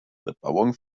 bebauung